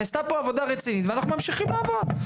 נעשתה פה עבודה רצינית ואנחנו ממשיכים לעבוד'.